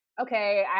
okay